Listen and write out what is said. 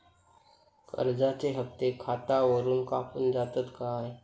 कर्जाचे हप्ते खातावरून कापून जातत काय?